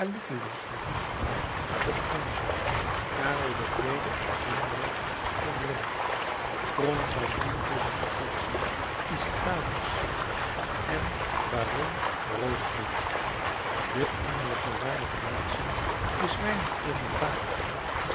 een paard tot consul karel ii een runderlap tot ridder pronk dan nu tusschen den consul incitatus en den baron roastbeef de innerlijke waarde der menschen is weinig